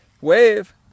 Wave